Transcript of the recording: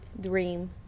dream